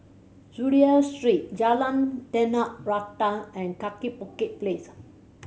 Chulia Street Jalan Tanah Rata and Kaki Bukit Place